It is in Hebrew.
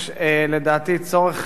יש, לדעתי, צורך חיוני,